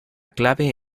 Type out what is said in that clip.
clave